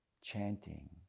chanting